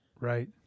right